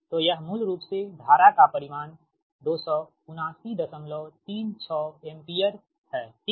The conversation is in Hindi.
तो यह मूल रूप से धारा का परिमाण 27936 एम्पीयर हैठीक